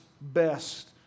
best